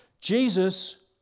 Jesus